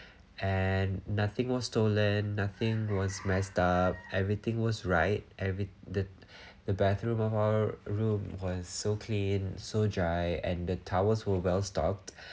and nothing was stolen nothing was messed up everything was right every the the bathroom of our room was so clean so dry and the towels were well stocked